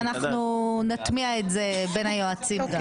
אנחנו נטמיע את זה בין היועצים.